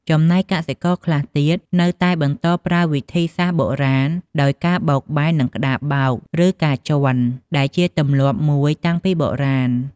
ចំណែកកសិករខ្លះទៀតនៅតែបន្តប្រើវិធីសាស្រ្ដបុរាណដោយការបោកបែននឹងក្ដារបោក ឬការជាន់ ដែលជាទម្លាប់មួយតាំងពីបុរាណ។